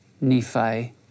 Nephi